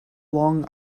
long